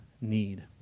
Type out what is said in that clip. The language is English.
need